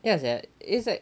ya sia it's like